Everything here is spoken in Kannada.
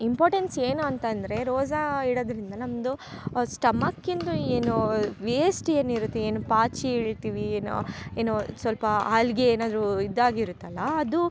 ಇಂಪಾರ್ಟೆನ್ಸ್ ಏನು ಅಂತಂದರೆ ರೋಸಾ ಇಡದರಿಂದ ನಮ್ಮದು ಸ್ಟಮಕಿಂದು ಏನೋ ವೆಸ್ಟ್ ಏನಿರತ್ತೆ ಏನು ಪಾಚಿ ಹೇಳ್ತೀವಿ ಏನೋ ಏನೋ ಸ್ವಲ್ಪ ಹಾಲ್ಗೆ ಏನಾದರು ಇದಾಗಿರತ್ತಲ್ಲ ಅದು